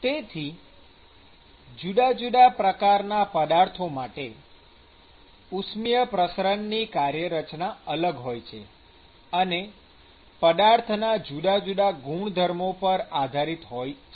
તેથી જુદા જુદા પ્રકારના પદાર્થો માટે ઉષ્મિય પ્રસરણ ની કાર્યરચના અલગ હોય છે અને પદાર્થના જુદા જુદા ગુણધર્મો પર આધારીત હોય છે